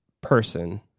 person